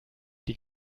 die